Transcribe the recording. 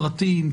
פרטים,